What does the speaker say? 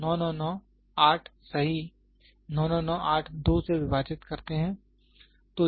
तो यह 9998 सही 9998 2 से विभाजित करते है